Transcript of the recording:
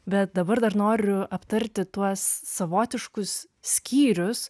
bet dabar dar noriu aptarti tuos savotiškus skyrius